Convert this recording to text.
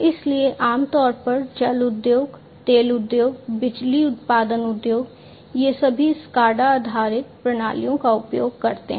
इसलिए आमतौर पर जल उद्योग तेल उद्योग बिजली उत्पादन उद्योग ये सभी स्काडा आधारित प्रणालियों का उपयोग करते हैं